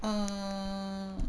err